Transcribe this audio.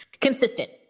consistent